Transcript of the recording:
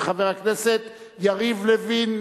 של חבר הכנסת יריב לוין.